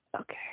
Okay